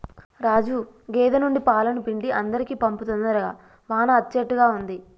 రాజు గేదె నుండి పాలను పిండి అందరికీ పంపు తొందరగా వాన అచ్చేట్టుగా ఉంది